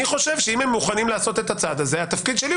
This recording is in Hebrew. אני חושב שאם הם מוכנים לעשות את הצעד הזה,